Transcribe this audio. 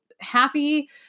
happy